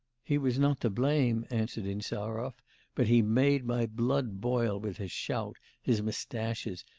he was not to blame answered insarov but he made my blood boil with his shout, his moustaches,